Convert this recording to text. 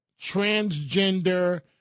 transgender